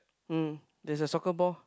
um there's a soccer ball